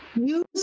use